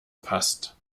passt